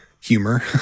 humor